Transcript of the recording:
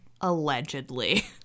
allegedly